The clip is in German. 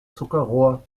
zuckerrohr